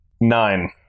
nine